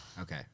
Okay